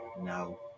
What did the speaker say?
No